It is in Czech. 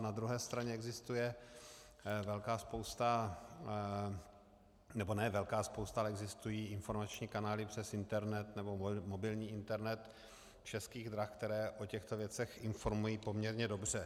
Na druhé straně existuje velká spousta, nebo ne velká spousta, ale existují informační kanály přes internet nebo mobilní internet Českých drah, které o těchto věcech informují poměrně dobře.